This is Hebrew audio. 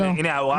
הינה, ההוראה פה.